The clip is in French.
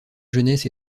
jeunesse